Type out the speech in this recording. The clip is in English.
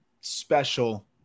special